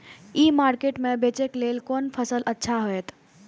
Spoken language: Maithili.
ई मार्केट में बेचेक लेल कोन फसल अच्छा होयत?